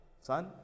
son